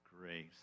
grace